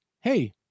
Hey